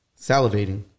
Salivating